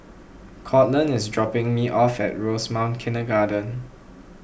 Courtland is dropping me off at Rosemount Kindergarten